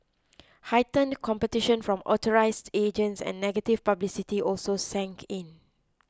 heightened competition from authorised agents and negative publicity also sank in